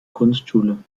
kunstschule